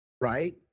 Right